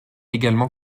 également